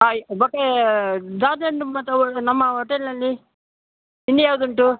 ಹಾಂ ಭಟ್ಟರೇ ನಿಮ್ಮ ಹತ್ತಿರ ಒಳ್ಳೆಯ ನಮ್ಮ ಹೋಟಲ್ನಲ್ಲಿ ತಿಂಡಿ ಯಾವ್ದು ಉಂಟು